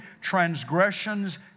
transgressions